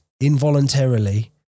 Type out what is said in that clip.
involuntarily